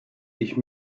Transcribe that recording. ich